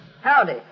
Howdy